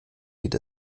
sieht